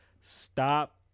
stop